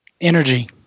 Energy